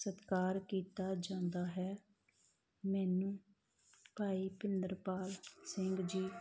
ਸਤਿਕਾਰ ਕੀਤਾ ਜਾਂਦਾ ਹੈ ਮੈਨੂੰ ਭਾਈ ਪਿੰਦਰਪਾਲ ਸਿੰਘ ਜੀ